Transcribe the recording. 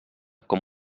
com